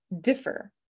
differ